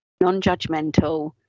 non-judgmental